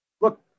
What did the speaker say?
Look